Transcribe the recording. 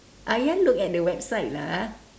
ayah look at the website lah